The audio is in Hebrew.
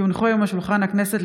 כי הונחו היום על שולחן הכנסת,